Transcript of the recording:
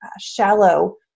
shallow